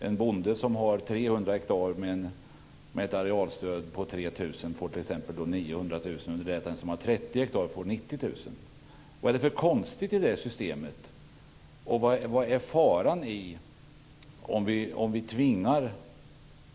En bonde som har 300 hektar med ett arealstöd på 3 000 kr får t.ex. 900 000 kr under det att den som har 30 hektar får 90 000 kr. Vad är det för konstigt i det systemet?